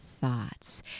thoughts